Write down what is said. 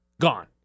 gone